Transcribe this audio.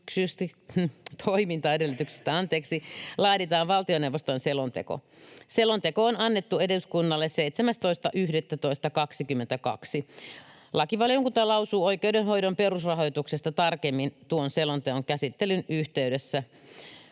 toimintaedellytyksistä laaditaan valtioneuvoston selonteko. Selonteko on annettu eduskunnalle 17.11.2022. Lakivaliokunta lausuu oikeudenhoidon perusrahoituksesta tarkemmin tuon selonteon käsittelyn yhteydessä.